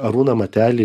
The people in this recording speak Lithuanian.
arūną matelį